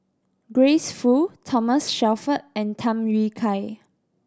Grace Fu Thomas Shelford and Tham Yui Kai